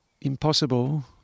Impossible